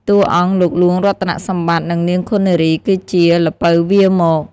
តួអង្គ លោកហ្លួងរតនសម្បត្តិ និងនាងឃុននារី គឺជា "ល្ពៅវារមក"។